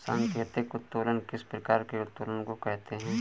सांकेतिक उत्तोलन किस प्रकार के उत्तोलन को कहते हैं?